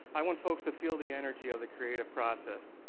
i want folks to feel the energy of the creative process.